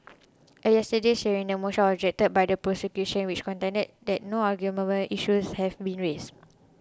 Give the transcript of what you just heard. at yesterday's hearing the motion was objected to by the prosecution which contended that no arguable issues have been raised